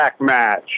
match